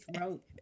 wrote